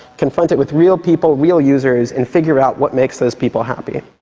confront it with real people, real users, and figure out what makes those people happy.